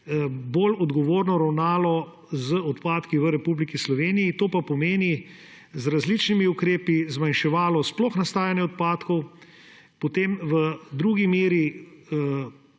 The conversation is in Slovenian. bolj odgovorno ravnalo z odpadki v Republiki Sloveniji, to pa pomeni – z različnimi ukrepi zmanjševalo sploh nastajanje odpadkov, potem v drugi meri,